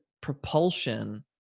propulsion